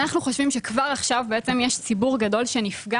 אנחנו חושבים שכבר עכשיו יש ציבור גדול שנפגע.